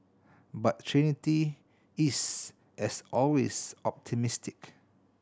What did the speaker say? but Trinity is as always optimistic